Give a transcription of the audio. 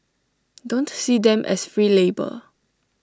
don't see them as free labour